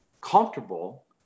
comfortable